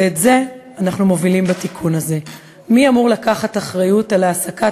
ואת זה אנחנו מובילים בתיקון הזה: מי אמור לקחת אחריות על העסקת